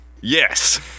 yes